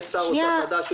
יש שר אוצר חדש,